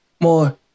more